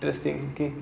interesting okay